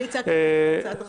אני ייצגתי את הצעת החוק.